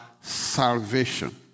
salvation